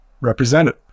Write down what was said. represented